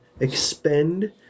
expend